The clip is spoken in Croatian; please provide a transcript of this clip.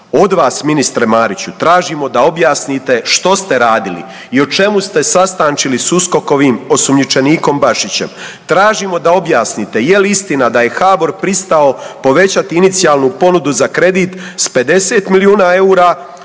Od vas ministre Mariću tražimo da objasnite što ste radili i o čemu ste sastančili s USKOK-ovim osumnjičenikom Bašićem? Tražimo da objasnite je li istina da je HBOR pristao povećati inicijalnu ponudu za kredit s 50 milijuna eura